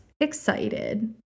excited